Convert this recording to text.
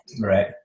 Right